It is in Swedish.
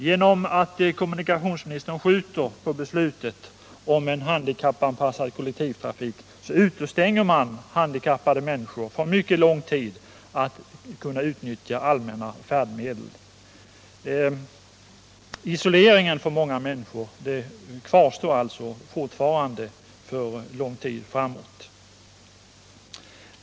Genom att kommunikationsministern skjuter på beslutet om en handikappanpassad kollektivtrafik omöjliggörs under mycket lång tid för handikappade att använda allmänna färdmedel. Isoleringen för många människor kvarstår alltså under en lång tid framåt.